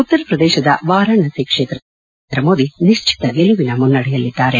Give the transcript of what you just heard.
ಉತ್ತರ ಪ್ರದೇಶದ ವಾರಾಣಸಿ ಕ್ಷೇತ್ರದಲ್ಲಿ ಪ್ರಧಾನ ಮಂತ್ರಿ ನರೇಂದ್ರ ಮೋದಿ ನಿಶ್ಚಿತ ಗೆಲುವಿನ ಮುನ್ನಡೆಯಲ್ಲಿದ್ದಾರೆ